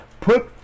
Put